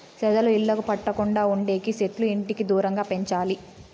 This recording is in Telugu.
చెదలు ఇళ్లకు పట్టకుండా ఉండేకి సెట్లు ఇంటికి దూరంగా పెంచాలి